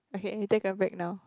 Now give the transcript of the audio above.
okay hey take a break now